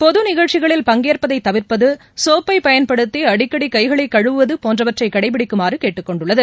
பொது நிகழ்ச்சிகளில் பங்கேற்பதை தவிர்ப்பது சோப்பை பயன்படுத்தி அடிக்கடி கைகளை கழுவுவது போன்றவற்றை கடைப்பிடிக்குமாறு கேட்டுக்கொண்டுள்ளது